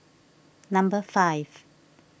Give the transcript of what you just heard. number five